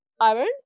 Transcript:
Iron